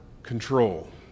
control